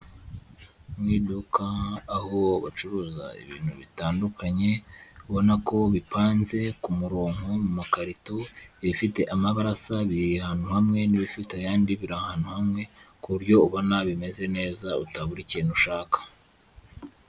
Mu iduka aho bacuruza ibintu bitandukanye ubona ko bipanze ku muronko mu makarito, ibifite amabara asa biri ahantu hamwe, n'ibifite ayandi biri ahantu hamwe, ku buryo ubona bimeze neza utabura ikintu ushaka.